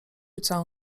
całą